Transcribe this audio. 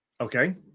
Okay